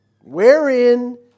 Wherein